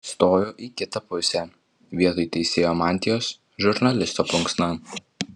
stojo į kitą pusę vietoj teisėjo mantijos žurnalisto plunksna